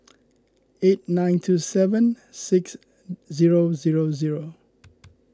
eight nine two seven six zero zero zero